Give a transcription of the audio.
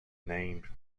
named